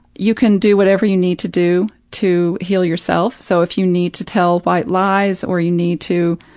you can do whatever you need to do to heal yourself, so if you need to tell white lies or you need to,